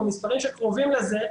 או מספרים שקרובים לזה,